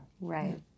right